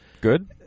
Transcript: Good